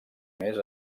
més